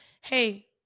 Hey